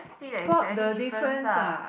spot the difference ah